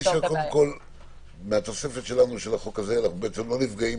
אני שואל האם מהתוספת שלנו בחוק הזה לא נפגעת